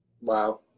Wow